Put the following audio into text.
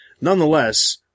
nonetheless